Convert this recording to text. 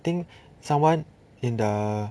think someone in the